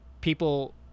people